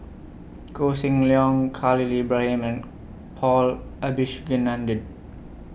Koh Seng Leong Khalil Ibrahim and Paul Abisheganaden